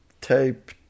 tape